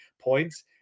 points